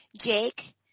Jake